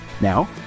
Now